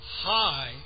high